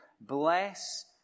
bless